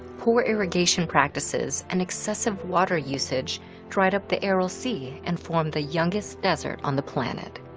poor irrigation practices and excessive water usage dried up the aral sea and formed the youngest desert on the planet.